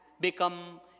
become